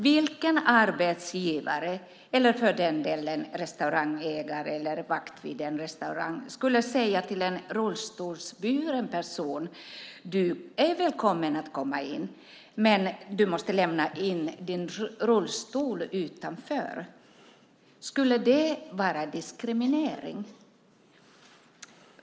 Vilken arbetsgivare, eller för den delen restaurangägare eller vakt vid en restaurang, skulle säga till en rullstolsburen person: Du är välkommen att komma in, men du måste lämna din rullstol utanför. Skulle det vara diskriminering?